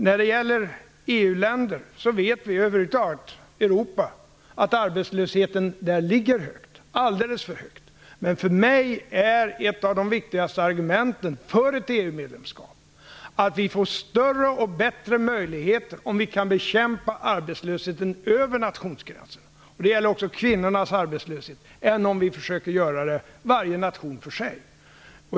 När det gäller EU-länder eller Europa över huvud taget vet vi att arbetslösheten ligger högt, alldeles för högt. Men för mig är ett av de viktigaste argumenten för ett EU-medlemskap att vi får större och bättre möjligheter om vi kan bekämpa arbetslösheten över nationsgränserna - det gäller också kvinnornas arbetslöshet - än om vi försöker göra det varje nation för sig.